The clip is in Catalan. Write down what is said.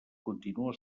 continua